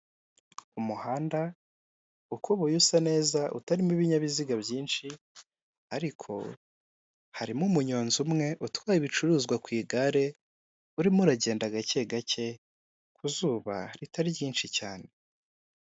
Umuhanda ukuboye usa neza utarimo ibinyabiziga byinshi, ariko harimo umunyonzi umwe utwaye ibicuruzwa ku igare urimo uragenda gake gake ku zuba ritari ryinshi cyane.